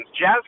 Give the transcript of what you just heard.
jazz